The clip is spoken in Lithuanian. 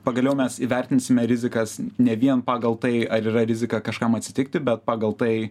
pagaliau mes įvertinsime rizikas ne vien pagal tai ar yra rizika kažkam atsitikti bet pagal tai